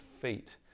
feet